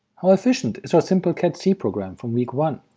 how efficient is our simple-cat c program from week one?